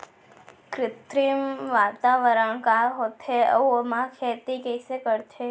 कृत्रिम वातावरण का होथे, अऊ ओमा खेती कइसे करथे?